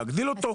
להגדיל אותו?